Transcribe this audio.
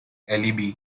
alibi